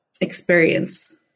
experience